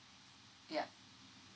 yup